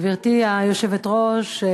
גברתי היושבת-ראש,